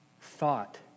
thought